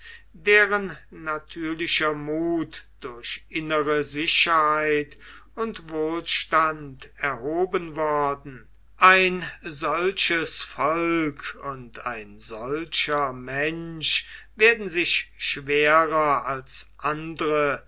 deren natürlicher muth durch innere sicherheit und wohlstand erhoben worden ein solches volk und ein solcher mensch werden sich schwerer als andere